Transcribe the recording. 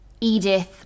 Edith